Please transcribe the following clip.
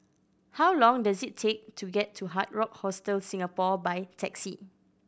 how long does it take to get to Hard Rock Hostel Singapore by taxi